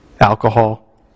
alcohol